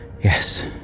Yes